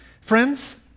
Friends